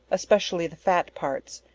especially the fat parts,